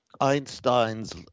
Einstein's